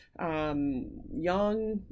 Young